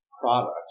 product